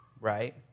right